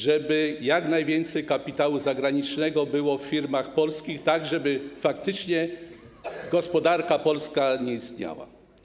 Żeby jak najwięcej kapitału zagranicznego było w firmach polskich, tak żeby faktycznie gospodarka polska nie istniała.